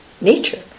nature